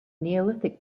neolithic